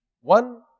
One